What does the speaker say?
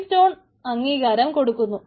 keystone അംഗീകാരം കൊടുക്കുന്നു